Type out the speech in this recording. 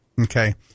Okay